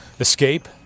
escape